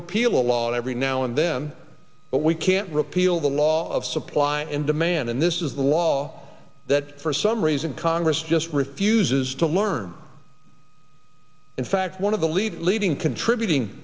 repeal a law every now and them but we can't repeal the law of supply and demand and this is the law that for some reason congress just refuses to learn in fact one of the lead leading contributing